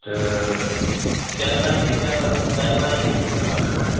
اچھا کیف بھائی کا کے بہ کیف بھائی کا کتنا بنانا ہے